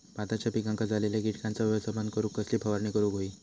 भाताच्या पिकांक झालेल्या किटकांचा व्यवस्थापन करूक कसली फवारणी करूक होई?